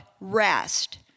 rest